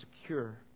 secure